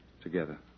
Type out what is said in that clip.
Together